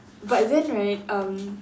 but then right um